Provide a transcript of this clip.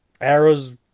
Arrow's